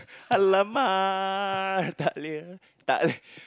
!alamak! tak le~ tak leh